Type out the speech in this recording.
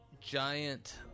Giant